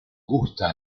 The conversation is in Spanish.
gusta